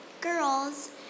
girls